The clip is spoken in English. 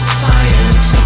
science